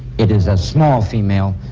it is a small female,